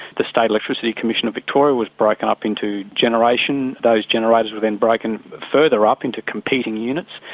the state electricity commission of victoria was broken up into generation, those generators were then broken further up into competing units,